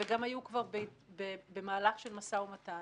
וגם היו כבר במהלך של משא ומתן.